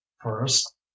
first